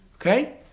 okay